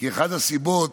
כי אחת הסיבות,